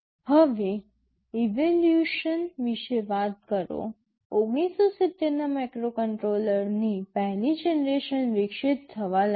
હવે ઇવોલ્યુશન વિશે વાત કરો ૧૯૭૦ ના માઇક્રોકન્ટ્રોલરની ૧ લી જનરેશન વિકસિત થવા લાગી